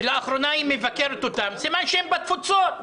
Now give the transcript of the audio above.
שלאחרונה היא מבקרת אותם, סימן שהם בתפוצות.